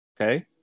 Okay